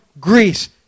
Greece